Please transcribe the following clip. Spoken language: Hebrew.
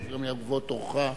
אחריו גם יבוא תורך.